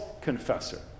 confessor